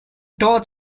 touched